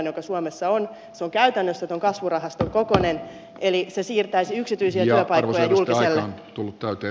se on käytännössä tuon kasvurahaston kokoinen eli se siirtäisi yksityisiä työpaikkoja julkiselle